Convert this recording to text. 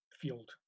field